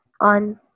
on